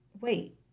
wait